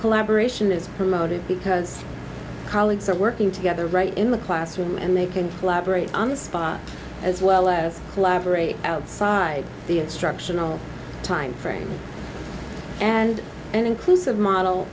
collaboration is promoted because colleagues are working together right in the classroom and they can collaborate on the spot as well as collaborate outside the instructional time frame and an inclusive model